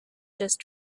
just